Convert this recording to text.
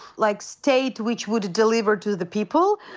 like, state which would deliver to the people,